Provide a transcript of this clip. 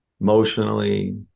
emotionally